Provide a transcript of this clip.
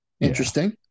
interesting